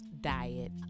Diet